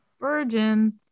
virgin